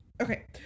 Okay